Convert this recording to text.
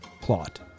plot